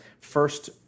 first